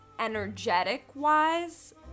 energetic-wise